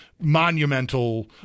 monumental